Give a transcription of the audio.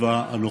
מהקצבה הנוכחית.